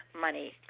money